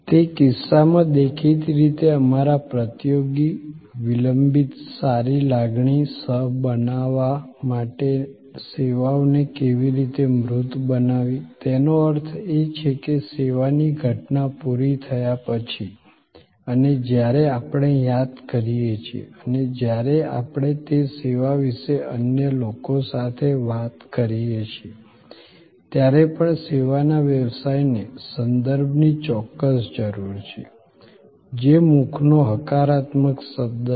તે કિસ્સામાં દેખીતી રીતે અમારા પ્રતિયોગી વિલંબિત સારી લાગણી સહ બનાવવા માટે સેવાઓને કેવી રીતે મૂર્ત બનાવવી તેનો અર્થ એ છે કે સેવાની ઘટના પૂરી થયા પછી અને જ્યારે આપણે યાદ કરીએ છીએ અને જ્યારે આપણે તે સેવા વિશે અન્ય લોકો સાથે વાત કરીએ છીએ ત્યારે પણ સેવાના વ્યવસાયને સંદર્ભની ચોક્કસ જરૂર છે જે મુખનો હકારાત્મક શબ્દ છે